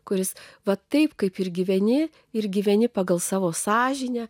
kuris va taip kaip ir gyveni ir gyveni pagal savo sąžinę